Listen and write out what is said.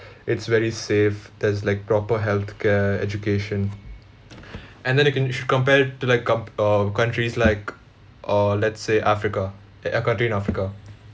it's very safe there's like proper health care education and then you can sh~ compare it to like coun~ uh countries like err let's say africa eh a country in africa